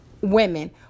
women